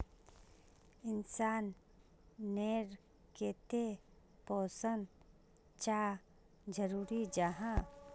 इंसान नेर केते पोषण चाँ जरूरी जाहा?